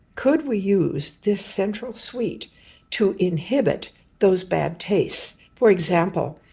could we use this central sweet to inhibit those bad tastes? for example,